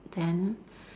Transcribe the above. then